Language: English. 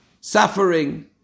suffering